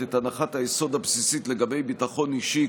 את הנחת היסוד הבסיסית לגבי ביטחון אישי,